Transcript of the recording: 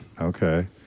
okay